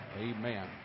Amen